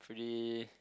pretty